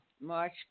March